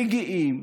מגיעים,